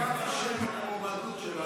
בג"ץ אישר את המועמדות שלו.